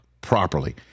properly